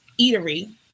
eatery